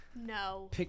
No